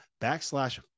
backslash